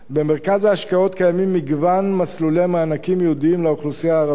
במרכז ההשקעות קיימים מגוון מסלולי מענקים ייעודיים לאוכלוסייה הערבית: